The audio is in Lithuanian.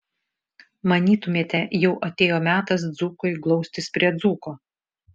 manytumėme jau atėjo metas dzūkui glaustis prie dzūko